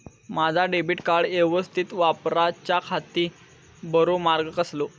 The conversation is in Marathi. माजा डेबिट कार्ड यवस्तीत वापराच्याखाती बरो मार्ग कसलो?